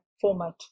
format